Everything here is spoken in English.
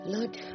Lord